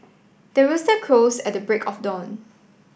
the rooster crows at the break of dawn